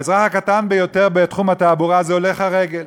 האזרח הקטן ביותר בתחום התעבורה זה הולך הרגל.